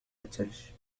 الثلج